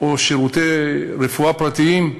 או שירותי רפואה פרטיים.